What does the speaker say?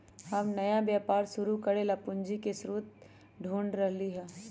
हम नया व्यापार शुरू करे ला पूंजी के स्रोत ढूढ़ रहली है